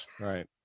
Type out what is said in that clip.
Right